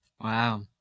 wow